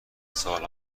سال